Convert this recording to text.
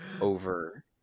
over